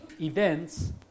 events